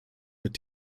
wird